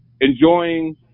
enjoying